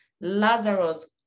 Lazarus